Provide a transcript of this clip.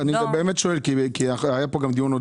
אני באמת שואל כי היה פה גם דיון עוד